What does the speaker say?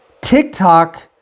TikTok